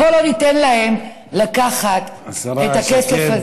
בואו לא ניתן להם לקחת את הכסף הזה,